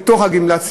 מתוך גמלת הסיעוד,